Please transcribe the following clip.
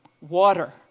water